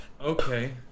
Okay